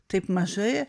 taip mažai